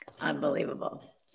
unbelievable